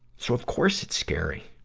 so, of course it's scary.